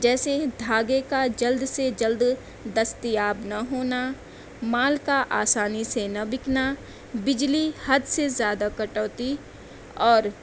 جیسے دھاگے کا جلد سے جلد دستیاب نہ ہونا مال کا آسانی سے نہ بکنا بجلی حد سے زیادہ کٹوتی اور